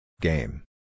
Game